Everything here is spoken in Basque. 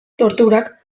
torturak